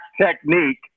technique